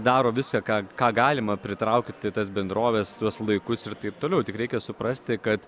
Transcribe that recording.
daro viską ką ką galima pritraukti tas bendroves tuos laikus ir taip toliau tik reikia suprasti kad